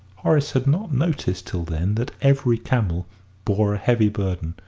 horace had not noticed till then that every camel bore a heavy burden,